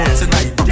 tonight